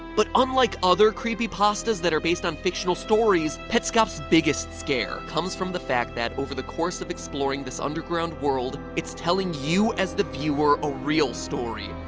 but, unlike other creepypastas that are based on fictional stories, petscop's biggest scare comes from the fact that over the course of exploring this underground world, it's telling you, as the viewer, a real story.